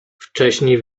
wcześniej